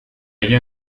ello